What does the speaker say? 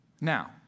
Now